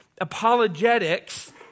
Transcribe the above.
apologetics